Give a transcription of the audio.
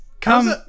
Come